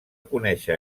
conèixer